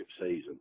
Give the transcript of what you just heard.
season